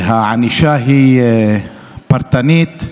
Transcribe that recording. שהענישה היא פרטנית,